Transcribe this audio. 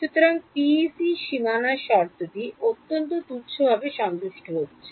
সুতরাং পিইসি পিইসিরসীমানা শর্তটি অত্যন্ত তুচ্ছভাবে সন্তুষ্ট হচ্ছে